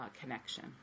connection